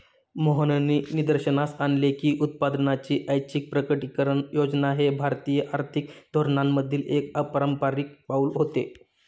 मोहननी निदर्शनास आणले की उत्पन्नाची ऐच्छिक प्रकटीकरण योजना हे भारतीय आर्थिक धोरणांमधील एक अपारंपारिक पाऊल होते